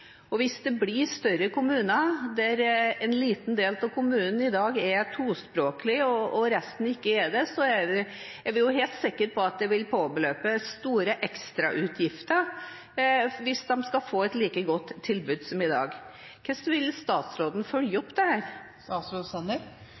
Hvis det blir større kommuner der en liten del av kommunen i dag er tospråklig og resten ikke er det, er vi helt sikre på at det vil påbeløpe store ekstrautgifter hvis de skal få et like godt tilbud som i dag. Hvordan vil statsråden følge